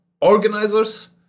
organizers